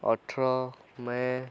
ଅଠର ମେ'